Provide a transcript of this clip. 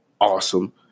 awesome